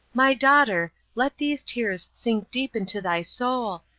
my daughter, let these tears sink deep into thy soul,